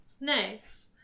nice